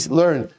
learn